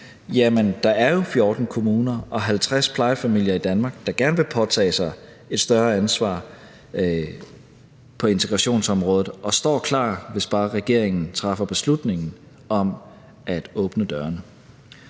Jamen der er jo 14 kommuner og 50 plejefamilier i Danmark, der gerne vil påtage sig et større ansvar på integrationsområdet, og som står klar, hvis bare regeringen træffer beslutningen om at åbne dørene.